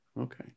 okay